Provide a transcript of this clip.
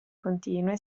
continue